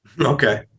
Okay